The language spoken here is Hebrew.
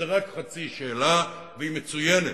זו רק חצי שאלה, והיא מצוינת.